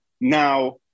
now